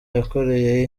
yakoreye